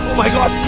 my, god!